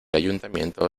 ayuntamiento